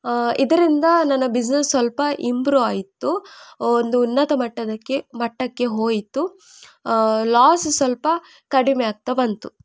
ಇದರಿಂದ ನನ್ನ ಬಿಸ್ನೆಸ್ ಸ್ವಲ್ಪ ಇಂಪ್ರೂ ಆಯಿತು ಒಂದು ಉನ್ನತ ಮಟ್ಟದಕ್ಕೆ ಮಟ್ಟಕ್ಕೆ ಹೋಯಿತು ಲಾಸ್ ಸ್ವಲ್ಪ ಕಡಿಮೆ ಆಗ್ತಾ ಬಂತು